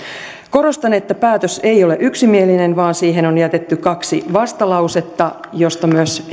korostan että päätös ei ole yksimielinen vaan siihen on jätetty kaksi vastalausetta joista toisessa myös henkilökohtaisesti olen